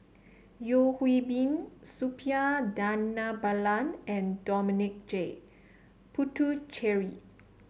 Yeo Hwee Bin Suppiah Dhanabalan and Dominic J Puthucheary